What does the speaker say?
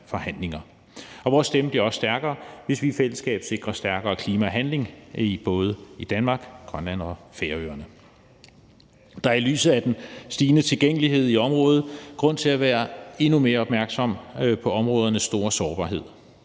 Vores stemme bliver også stærkere, hvis vi i fællesskab sikrer stærkere klimahandling, både i Danmark, i Grønland og på Færøerne. Der er i lyset af den stigende tilgængelighed i området grund til at være endnu mere opmærksom på områdernes store sårbarhed.